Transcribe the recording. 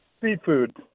Seafood